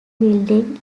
building